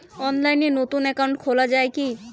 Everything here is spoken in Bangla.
অনলাইনে নতুন একাউন্ট খোলা য়ায় কি?